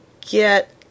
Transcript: get